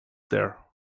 there